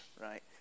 right